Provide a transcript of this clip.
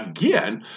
again